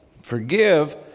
Forgive